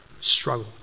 struggle